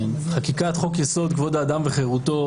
חקיקת חוק יסוד: כבוד האדם וחירותו,